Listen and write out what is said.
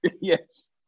Yes